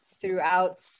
throughout